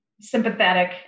sympathetic